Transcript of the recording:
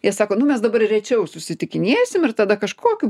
jie sako nu mes dabar rečiau susitikinėsim ir tada kažkokiu